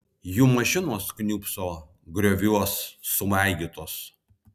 jų mašinos kniūbso grioviuos sumaigytos